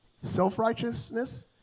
self-righteousness